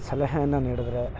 ಸಲಹೆಯನ್ನು ನೀಡಿದರೆ